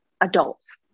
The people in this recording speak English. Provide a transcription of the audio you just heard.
adults